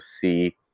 see